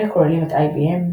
אלה כוללים את IBM,